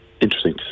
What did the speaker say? interesting